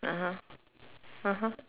(uh huh) (uh huh)